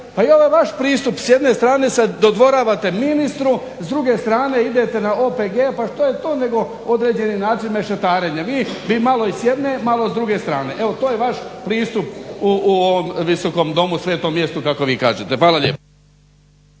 Pa ovaj vaš pristup s jedne strane se dodvoravate ministru, s druge strane idete na OPG-e pa što je to nego određeni način mešetarenja. Vi bi i malo s jedne malo i s druge strane. Evo to je vaš pristup u ovom Visokom domu, svetom mjestu kako vi kažete. Hvala lijepo.